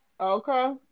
okay